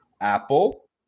Apple